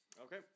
Okay